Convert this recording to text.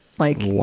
like,